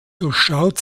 durchschaut